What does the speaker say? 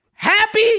happy